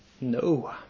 no